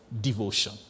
devotion